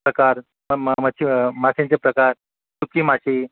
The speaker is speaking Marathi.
प्रकार म म मच्छी व माश्यांचे प्रकार सुक्की माशी